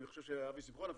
אני חושב אבי שמחון,